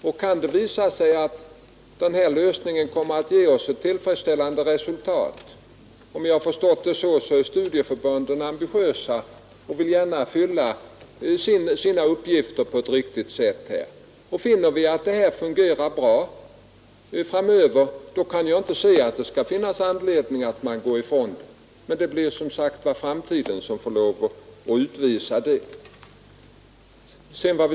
Visar det sig att denna lösning ger ett tillfredsställande resultat — om jag har förstått det rätt är studieförbunden ambitiösa och vill gärna fylla sin uppgift här på ett riktigt sätt — kan jag inte se att det finns anledning att gå ifrån den. Men det får som sagt framtiden utvisa.